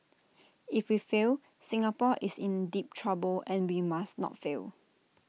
if we fail Singapore is in deep trouble and we must not fail